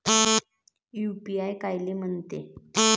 UPI कायले म्हनते?